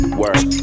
work